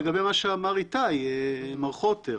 לגבי מה שאמר מר חוטר,